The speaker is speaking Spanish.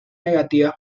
negativas